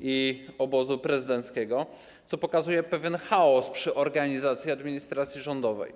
i obozu prezydenckiego, co pokazuje pewien chaos przy organizacji administracji rządowej.